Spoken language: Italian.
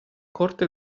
corte